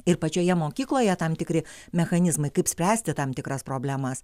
ir pačioje mokykloje tam tikri mechanizmai kaip spręsti tam tikras problemas